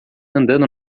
andando